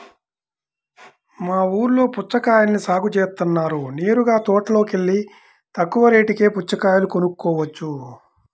మా ఊల్లో పుచ్చకాయల్ని సాగు జేత్తన్నారు నేరుగా తోటలోకెల్లి తక్కువ రేటుకే పుచ్చకాయలు కొనుక్కోవచ్చు